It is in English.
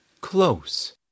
Close